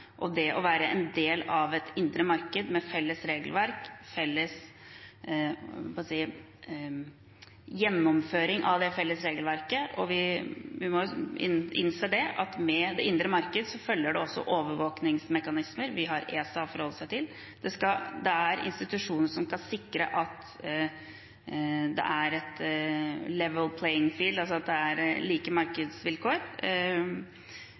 og det å være en del av et indre marked med felles regelverk, felles gjennomføring av det felles regelverket. Og vi må jo innse at med det indre marked følger det også overvåkningsmekanismer. Vi har ESA å forholde oss til. Det er institusjoner som skal sikre at det er et «level playing field», altså at det er like